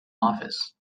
office